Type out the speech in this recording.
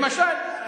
למשל.